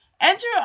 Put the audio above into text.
enter